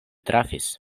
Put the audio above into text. trafis